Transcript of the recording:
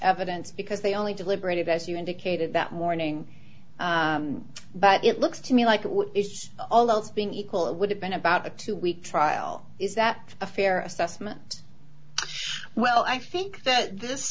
evidence because they only deliberated as you indicated that morning but it looks to me like what is all else being equal would have been about a two week trial is that a fair assessment well i think that this